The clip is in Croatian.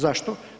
Zašto?